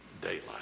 daylight